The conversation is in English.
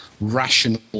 rational